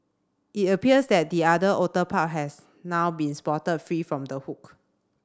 it appears that the other order pup has now been spotted free from the hook